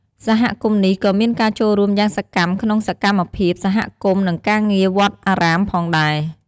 សហគមន៍នេះក៏មានការចូលរួមយ៉ាងសកម្មក្នុងសកម្មភាពសហគមន៍ និងការងារវត្តអារាមផងដែរ។